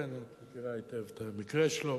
אשתו בהיריון, כן, את מכירה היטב את המקרה שלו,